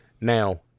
Now